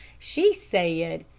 she said,